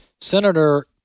Senator